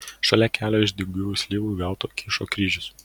šalia kelio iš dygiųjų slyvų guoto kyšo kryžius